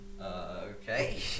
Okay